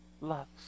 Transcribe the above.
loves